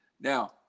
Now